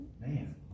Man